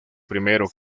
primero